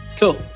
cool